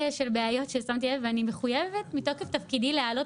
בעיות ששמתי לב אליהן ואני מחויבת מתוקף תפקידי להעלות